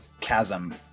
chasm